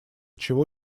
чего